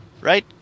right